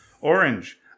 Orange